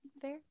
Fair